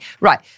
right